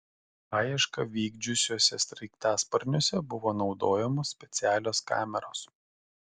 paiešką vykdžiusiuose sraigtasparniuose buvo naudojamos specialios kameros